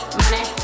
money